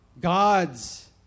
God's